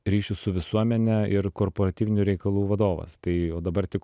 ryšių su visuomene ir korporatyvinų reikalų vadovas tai o dabar tik